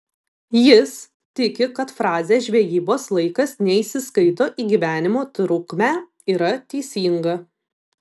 jis tiki kad frazė žvejybos laikas neįsiskaito į gyvenimo trukmę yra teisinga